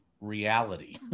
reality